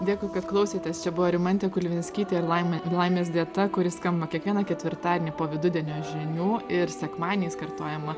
dėkui kad klausėtės čia buvo rimantė kulvinskytė ir laimė laimės dieta kuri skamba kiekvieną ketvirtadienį po vidudienio žinių ir sekmadieniais kartojama